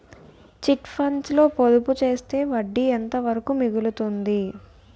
Chit funds లో పొదుపు చేస్తే వడ్డీ ఎంత వరకు మిగులుతుంది?